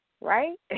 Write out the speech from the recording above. right